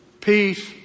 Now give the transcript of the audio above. Peace